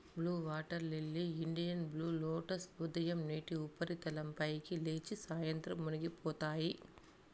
blue waterlily, Indian blue lotus ఉదయం నీటి ఉపరితలం పైకి లేచి, సాయంత్రం మునిగిపోతాయి